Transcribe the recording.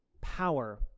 power